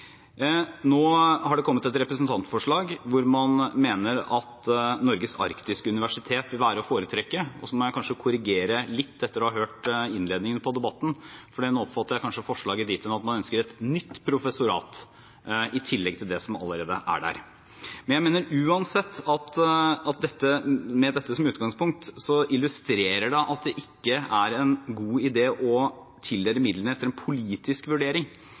Nå har det kommet et representantforslag hvor man mener at Norges arktiske universitet vil være å foretrekke. Så må jeg kanskje korrigere litt etter å ha hørt innledningen av debatten, for jeg oppfatter forslaget dit hen at man ønsker et nytt professorat i tillegg til det som allerede er der. Jeg mener uansett med dette som utgangspunkt at det illustrerer at det ikke er en god idé å tildele midlene etter en politisk vurdering